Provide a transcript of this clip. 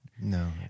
No